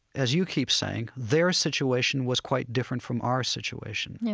as you keep saying, their situation was quite different from our situation. yeah